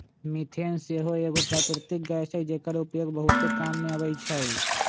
methane सेहो एगो प्राकृतिक गैस हई जेकर उपयोग बहुते काम मे अबइ छइ